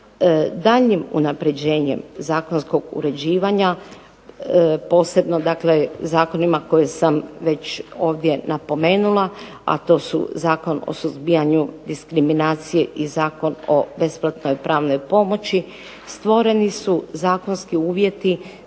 Daljnjim unapređenjem zakonskog uređivanja posebno dakle zakonima koje sam već ovdje napomenula, a to su Zakon o suzbijanju diskriminacije i Zakon o besplatnoj pravnoj pomoći stvoreni su zakonski uvjeti